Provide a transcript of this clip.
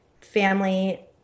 family